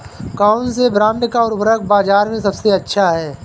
कौनसे ब्रांड का उर्वरक बाज़ार में सबसे अच्छा हैं?